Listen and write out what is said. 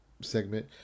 segment